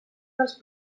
dels